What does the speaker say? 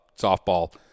softball